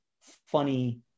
funny